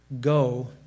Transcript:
go